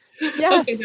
Yes